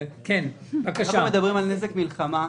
מדובר על נזק מלחמה,